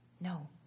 No